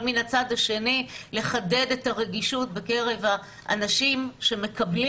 אבל מן הצד השני לחדד את הרגישות בקרב האנשים שמקבלים